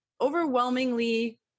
overwhelmingly